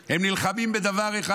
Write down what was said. הם נלחמים בדבר אחד.